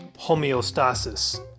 homeostasis